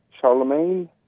Charlemagne